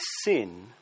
sin